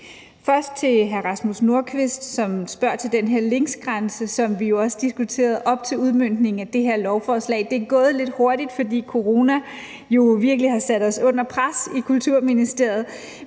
sige til hr. Rasmus Nordqvist, som spørger til den her linksgrænse, som vi jo også diskuterede op til udmøntningen af det her lovforslag, at det er gået lidt hurtigt, fordi corona jo virkelig har sat os under pres i Kulturministeriet.